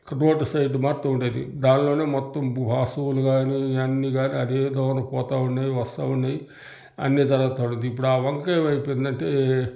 road side ఉండేది దాన్లోనే మొత్తం పశువులు కానీ అన్నీ కానీ అదే దోవన పోతావుండేవి వస్తావుండేవి అన్నీ జరగతా ఉండేవి ఇప్పుడు ఆ వంక ఏమైపోయిందంటే